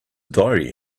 diary